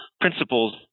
principles